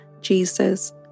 Jesus